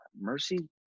mercy